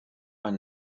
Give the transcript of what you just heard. are